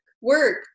work